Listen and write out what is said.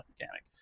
mechanic